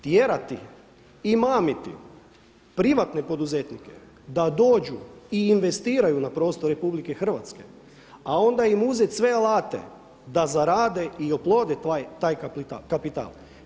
Tjerati i mamiti privatne poduzetnike da dođu i investiraju na prostoru RH, a onda im uzeti sve alate da zarade i oplode taj kapital.